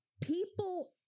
People